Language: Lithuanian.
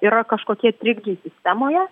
yra kažkokie trikdžiai sistemoje